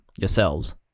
yourselves